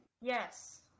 Yes